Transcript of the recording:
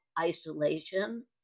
isolation